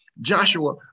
Joshua